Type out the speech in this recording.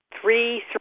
three